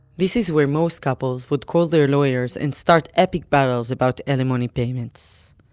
this is where most couples would call their lawyers and start epic battles about alimony payments.